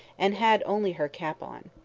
and had only her cap on.